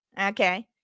Okay